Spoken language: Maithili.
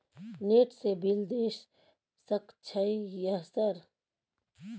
नेट से बिल देश सक छै यह सर?